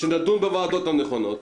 שנדון בו בוועדות הנכונות,